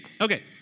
Okay